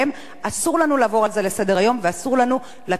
אסור לנו לעבור על זה לסדר-היום ואסור לנו לתת לאותם